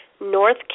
North